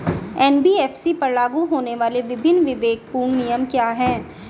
NBFC पर लागू होने वाले विभिन्न विवेकपूर्ण नियम क्या हैं?